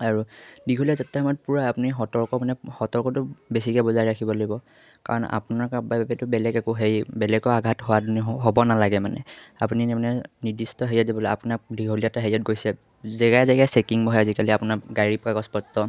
আৰু দীঘলীয়া যাত্ৰাৰ সময়ত পুৰা আপুনি সতৰ্ক মানে সতৰ্কটো বেছিকে বজাই ৰাখিব লাগিব কাৰণ আপোনাৰ কাৰণেতো বেলেগ একো হেৰি বেলেগৰ আঘাত হোৱাতো হ'ব নালাগে মানে আপুনি মানে নিৰ্দিষ্ট হেৰিয়াত যাবলে আপোনাক দীঘলীয়া এটা হেৰিয়াত গৈছে জেগাই জেগাই চেকিং বহে আজিকালি আপোনাৰ গাড়ীৰ পৰা কাগজ পত্ৰ